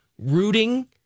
rooting